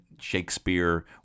Shakespeare